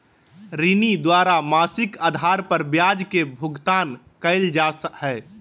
ऋणी द्वारा मासिक आधार पर ब्याज के भुगतान कइल जा हइ